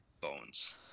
Bones